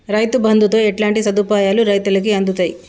రైతు బంధుతో ఎట్లాంటి సదుపాయాలు రైతులకి అందుతయి?